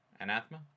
Anathema